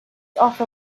offer